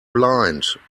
blind